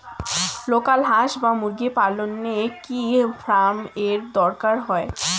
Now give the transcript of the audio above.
Local হাস বা মুরগি পালনে কি ফার্ম এর দরকার হয়?